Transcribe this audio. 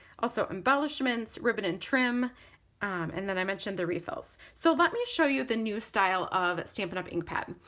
also embellishments, ribbon and trim and then i mentioned the refills so let me show you the new style of stampin' up! ink pad.